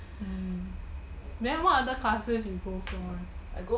mm then what other classes you go for